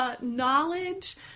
knowledge